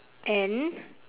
and